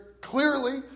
Clearly